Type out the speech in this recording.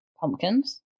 Pumpkins